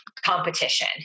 competition